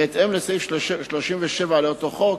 בהתאם לסעיף 37 לאותו חוק,